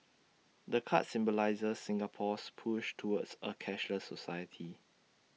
the card symbolises Singapore's push towards A cashless society